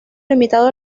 limitado